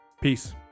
Peace